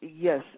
yes